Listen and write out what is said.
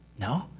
No